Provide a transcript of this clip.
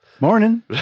Morning